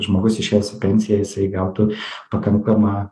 žmogus išėjęs į pensiją jisai gautų pakankamą